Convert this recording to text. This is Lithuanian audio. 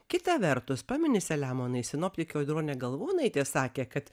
kita vertus pameni selemonai sinoptikė audronė galvonaitė sakė kad